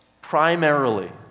primarily